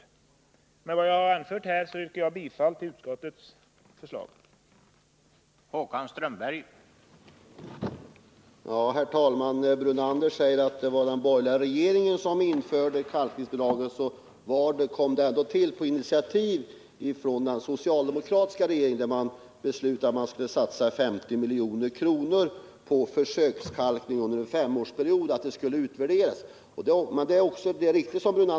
Tisdagen den Med vad jag anfört yrkar jag bifall till utskottets förslag.